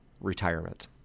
retirement